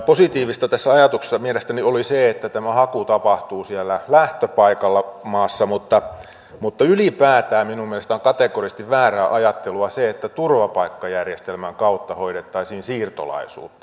positiivista tässä ajatuksessa mielestäni oli se että tämä haku tapahtuu siellä lähtöpaikalla maassa mutta ylipäätään minun mielestäni on kategorisesti väärää ajattelua se että turvapaikkajärjestelmän kautta hoidettaisiin siirtolaisuutta